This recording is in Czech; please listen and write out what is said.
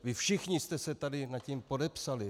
Vy všichni jste se tady nad tím podepsali.